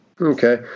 Okay